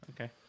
Okay